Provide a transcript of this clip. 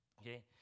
Okay